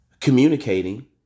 communicating